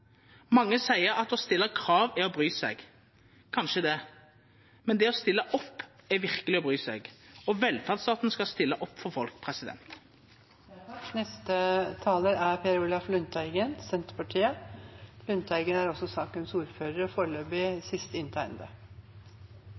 Mange seier at å stilla krav er å bry seg. Kanskje det, men det å stilla opp er verkeleg å bry seg, og velferdsstaten skal stilla opp for folk.